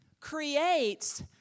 creates